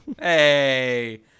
Hey